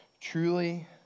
Truly